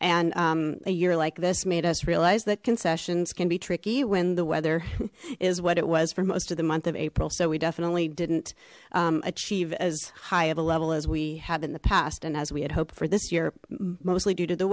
and a year like this made us realize that concessions can be tricky when the weather is what it was for most of the month of april so we definitely didn't achieve as high of a level as we have in the past and as we had hoped for this year mostly due to the